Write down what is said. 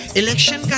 election